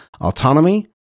autonomy